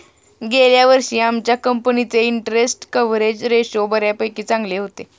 गेल्या वर्षी आमच्या कंपनीचे इंटरस्टेट कव्हरेज रेशो बऱ्यापैकी चांगले होते